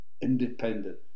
independent